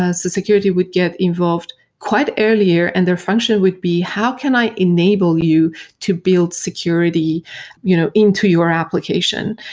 ah security would get involved quiet earlier and their function would be how can i enable you to build security you know into your application?